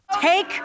Take